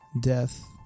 death